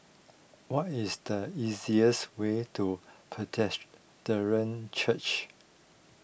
what is the easiest way to Church